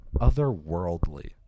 otherworldly